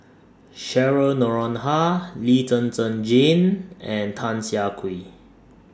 Cheryl Noronha Lee Zhen Zhen Jane and Tan Siah Kwee